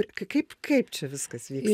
kaip kaip čia viskas vyksta